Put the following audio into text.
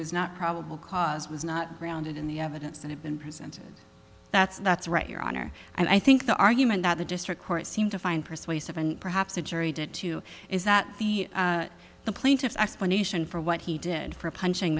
was not probable cause was not grounded in the evidence that had been presented that's that's right your honor and i think the argument that the district court seemed to find persuasive and perhaps a jury did too is that the plaintiff's explanation for what he did for punching